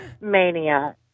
mania